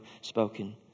spoken